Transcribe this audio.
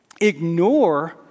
ignore